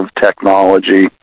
technology